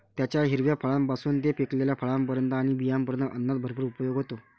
त्याच्या हिरव्या फळांपासून ते पिकलेल्या फळांपर्यंत आणि बियांपर्यंत अन्नात भरपूर उपयोग होतो